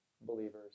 believers